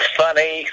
funny